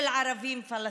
של ערבים פלסטינים.